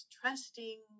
trusting